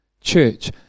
church